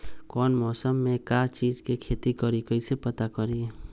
कौन मौसम में का चीज़ के खेती करी कईसे पता करी?